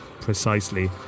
precisely